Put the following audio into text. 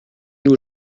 nous